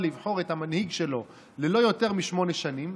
לבחור את המנהיג שלו ללא יותר משמונה שנים,